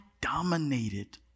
dominated